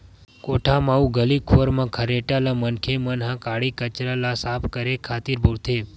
कोठा म अउ गली खोर म खरेटा ल मनखे मन ह काड़ी कचरा ल साफ करे खातिर बउरथे